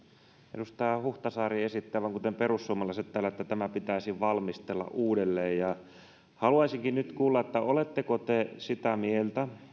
edustaja huhtasaari esitti aivan kuten perussuomalaiset täällä että tämä pitäisi valmistella uudelleen haluaisinkin nyt kuulla oletteko te sitä mieltä